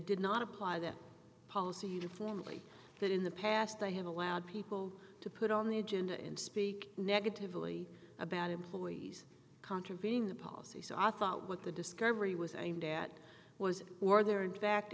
did not apply that policy to formally that in the past they have allowed people to put on the agenda and speak negatively about employees contravene that policy so i thought what the discovery was aimed at was were the